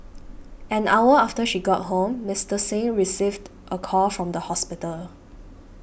an hour after she got home Mister Singh received a call from the hospital